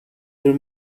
their